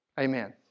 Amen